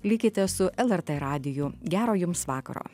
likite su lrt radiju gero jums vakaro